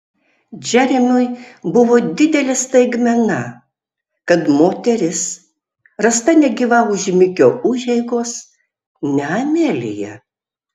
džeremiui buvo didelė staigmena kad moteris rasta negyva už mikio užeigos ne amelija